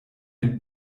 den